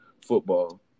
football